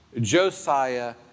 Josiah